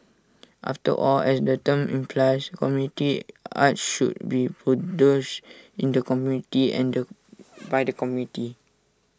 after all as the term implies community arts should be produced in the community and by the community